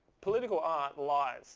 political art lies